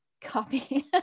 copy